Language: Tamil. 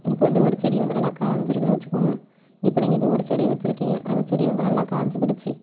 இப்போ வந்து ஒரு செடி வந்து நல்லா காஞ்சிருக்குன்னு வச்சிக்கோங்க இப்போ நீங்கள் ஏதோ ஒரு செடியை வச்சிருக்கீங்க அந்த செடி வந்து நல்லா காஞ்சு போயிடுச்சு